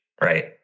Right